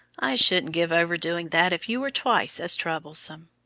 i shouldn't give over doing that if you were twice as troublesome.